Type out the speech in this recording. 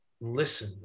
listen